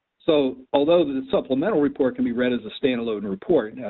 so although the supplemental report can be read as a stand alone report,